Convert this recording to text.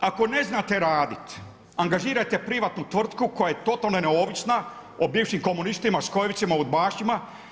Ako ne znate radit angažirajte privatnu tvrtku koja je totalno neovisna o bivšim komunistima, SKOJ-evcima, UDBA-šima.